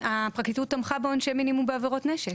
הפרקליטות תמכה בעונשי מינימום בעבירות נשק.